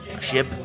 ship